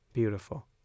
Beautiful